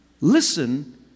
Listen